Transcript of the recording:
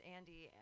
Andy